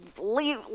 leave